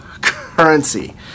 currency